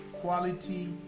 Quality